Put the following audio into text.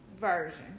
version